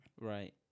Right